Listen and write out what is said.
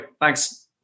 Thanks